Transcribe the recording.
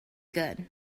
good